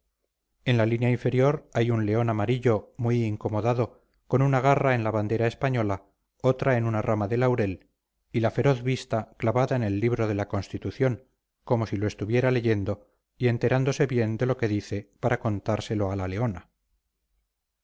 en la línea inferior hay un león amarillo muy incomodado con una garra en la bandera española otra en una rama de laurel y la feroz vista clavada en el libro de la constitución como si lo estuviera leyendo y enterándose bien de lo que dice para contárselo a la leona